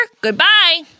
Goodbye